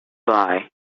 boy